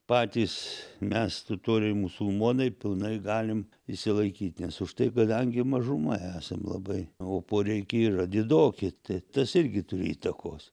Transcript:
patys mes totoriai musulmonai pilnai galim išsilaikyt nes už tai kadangi mažuma esam labai o poreikiai yra didoki tai tas irgi turi įtakos